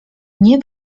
nie